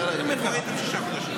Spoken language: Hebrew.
איפה הייתם שישה חודשים?